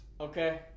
Okay